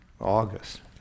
August